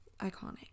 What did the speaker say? Iconic